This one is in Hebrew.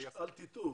אל תטעו,